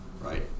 right